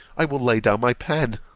i will lay down my pen!